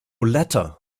letter